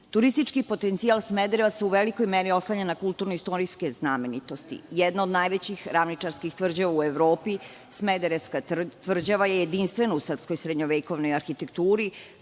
brodove. Turistički potencijal Smedereva se u velikoj meri oslanja na kulturno-istorijske znamenitosti. Jedna od najvećih ravničarskih tvrđava u Evropi Smederevska tvrđava je jedinstvena u srpskoj srednjovekovnoj arhitekturi